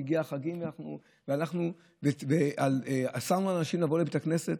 כשהגיעו החגים ואנחנו אסרנו על אנשים לבוא לבית הכנסת,